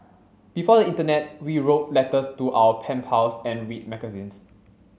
before the internet we wrote letters to our pen pals and read magazines